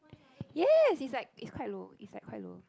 yes is like it's quite low it's like quite low